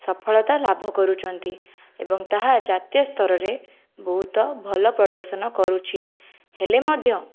ସଫଳତା ଲାଭ କରୁଛନ୍ତି ଏବଂ ତାହା ଜାତୀୟ ସ୍ତରରେ ବହୁତ ଭଲ ପ୍ରଦର୍ଶନ କରୁଛି ହେଲେ ମଧ୍ୟ